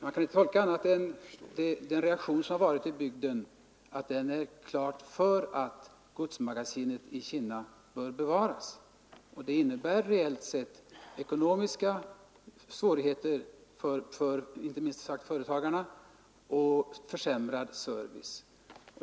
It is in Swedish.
Man kan inte tolka den reaktion som kommit till uttryck i bygden på annat sätt än att man där är klart för att godsmagasinet i Kinna bör bevaras. Om så inte sker blir det reellt sett ekonomiska svårigheter inte minst för företagarna och försämrad service.